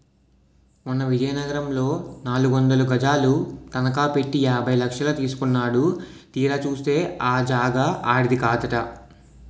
మొన్న విజయనగరంలో నాలుగొందలు గజాలు తనఖ పెట్టి యాభై లక్షలు తీసుకున్నాడు తీరా చూస్తే ఆ జాగా ఆడిది కాదట